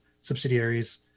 subsidiaries